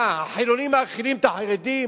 מה, החילונים מאכילים את החרדים?